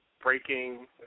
Breaking